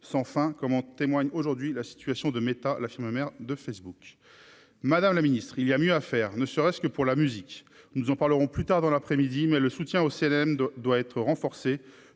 sans fin, comme en témoigne aujourd'hui la situation de métal là chez ma mère de Facebook, madame la ministre, il y a mieux à faire, ne serait-ce que pour la musique, nous en parlerons plus tard dans l'après-midi mais le soutien au CM2 doit être renforcée,